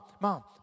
mom